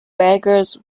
beggars